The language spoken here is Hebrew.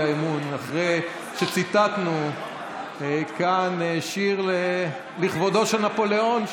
אמון אחרי שציטטנו כאן שיר לכבודו של נפוליאון,